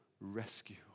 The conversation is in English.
rescue